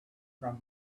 from